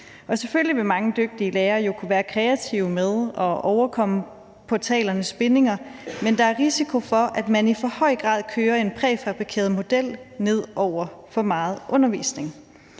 Selvfølgelig vil mange dygtige lærere kunne være kreative med at overkomme portalernes bindinger, men der er risiko for, at man i for høj grad kører en præfabrikeret model ned over for meget undervisning.